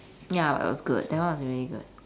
ya it was good that one was really good